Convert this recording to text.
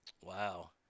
Wow